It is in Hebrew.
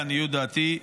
לעניות דעתי.